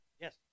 Yes